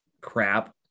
crap